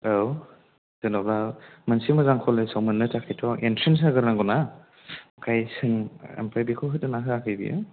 औ जेनेबा मोनसे मोजां कलेजआव मोननो थाखायथ' एन्थ्रेन्स होग्रो नांगौना ओमफ्राय बेखौ होदोंना होआखै बियो